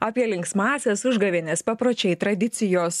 apie linksmąsias užgavėnes papročiai tradicijos